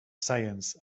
science